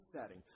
setting